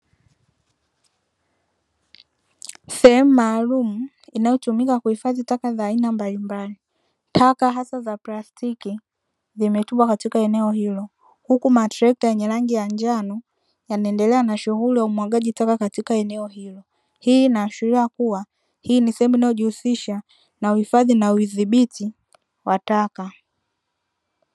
Sehemu maalumu inayotumika kuhifadhi taka za aina mbalimbali, taka hasa za plastiki zimetupwa katika eneo hilo. Huku matrekta yenye rangi ya njano yanaendelea na shughuli ya umwagaji katika eneo hilo. Hii inaashiria kuwa hii ni sehemu inayojihusisha na uhifadhi na udhibiti wa taka.